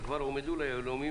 שכבר הועמדו ליהלומנים,